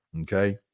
Okay